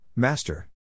Master